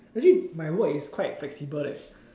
actually my work is quite flexible leh